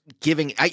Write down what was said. giving